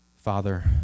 Father